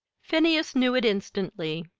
phineas knew it instantly.